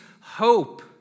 hope